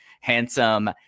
handsome